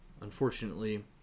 unfortunately